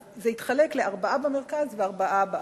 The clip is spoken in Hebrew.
אז זה התחלק לארבעה במרכז וארבעה בפריפריה.